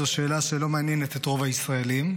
זו שאלה שלא מעניינת את רוב הישראלים,